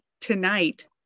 tonight